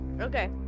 Okay